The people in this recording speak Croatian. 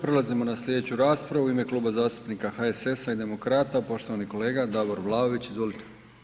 Prelazimo na slijedeću raspravu, u ime Kluba zastupnika HSS-a i Demokrata, poštovani kolega Davor Vlaović, izvolite.